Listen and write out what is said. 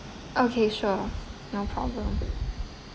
okay sure no problem